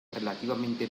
relativamente